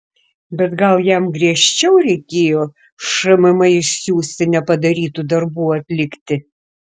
bet gal jam griežčiau reikėjo šmm išsiųsti nepadarytų darbų atlikti